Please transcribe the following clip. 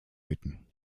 bitten